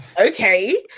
okay